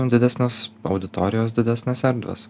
didesnės auditorijos didesnės erdvės